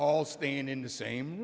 all staying in the same